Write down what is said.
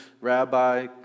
rabbi